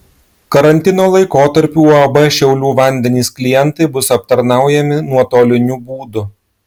karantino laikotarpiu uab šiaulių vandenys klientai bus aptarnaujami nuotoliniu būdu